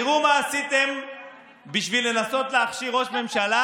תראו מה עשיתם בשביל לנסות להכשיר ראש ממשלה